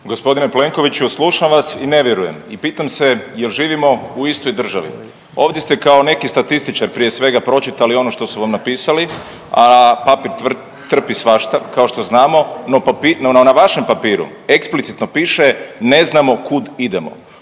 Gospodine Plenkoviću slušam vas i ne vjerujem i pitam se jel živimo u istoj državi. Ovdje ste kao neki statističar prije svega pročitali ono što su vam napisali, a papir trpi svašta kao što znamo, no na vašem papiru eksplicitno piše ne znamo kud idemo.